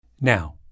Now